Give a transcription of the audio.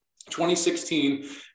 2016